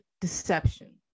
deception